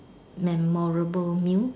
memorable meal